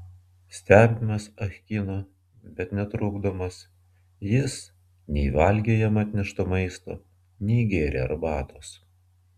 stebimas ah kino bet netrukdomas jis nei valgė jam atnešto maisto nei gėrė arbatos